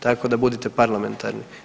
Tako da budete parlamentarni.